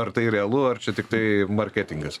ar tai realu ar čia tiktai marketingas